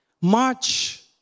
March